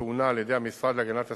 שהונע על-ידי המשרד להגנת הסביבה,